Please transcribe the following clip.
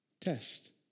test